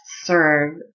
serve